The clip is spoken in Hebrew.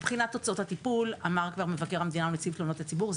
מבחינת תוצאות הטיפול אמר כבר מבקר המדינה ונציב תלונות הציבור.